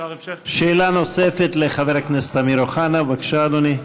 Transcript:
שאלה נוספת לחבר הכנסת אמיר אוחנה, בבקשה, אדוני.